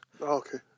Okay